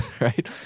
right